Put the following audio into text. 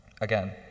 Again